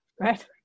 right